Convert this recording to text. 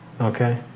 Okay